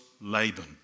Laban